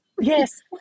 Yes